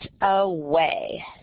away